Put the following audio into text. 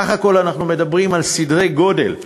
בסך הכול אנחנו מדברים על סדרי גודל,